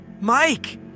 Mike